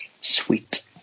sweet